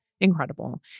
Incredible